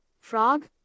Frog